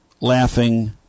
laughing